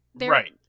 Right